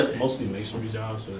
mostly masonry jobs,